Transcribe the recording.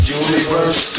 universe